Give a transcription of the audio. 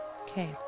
Okay